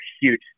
huge